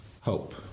Hope